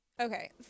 Okay